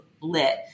lit